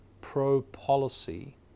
pro-policy